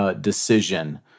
decision